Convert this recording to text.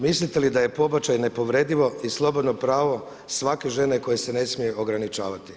Mislite li da je pobačaj nepovredivo i slobodno pravo svake žene koje se ne smije ograničavati?